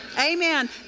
Amen